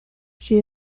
she